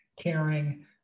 caring